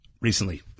recently